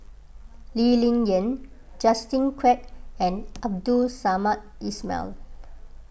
Lee Ling Yen Justin Quek and Abdul Samad Ismail